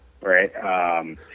right